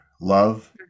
love